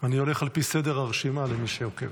אני הולך על פי סדר הרשימה, למי שעוקב.